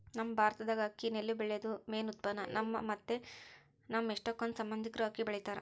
ನಮ್ ಭಾರತ್ದಾಗ ಅಕ್ಕಿ ನೆಲ್ಲು ಬೆಳ್ಯೇದು ಮೇನ್ ಉತ್ಪನ್ನ, ನಮ್ಮ ಮತ್ತೆ ನಮ್ ಎಷ್ಟಕೊಂದ್ ಸಂಬಂದಿಕ್ರು ಅಕ್ಕಿ ಬೆಳಿತಾರ